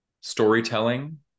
storytelling